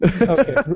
Okay